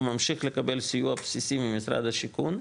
הוא ממשיך לקבל סיוע בסיסי ממשרד השיכון,